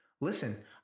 Listen